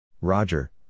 Roger